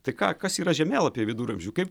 tai ką kas yra žemėlapiai viduramžių kaip